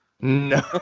No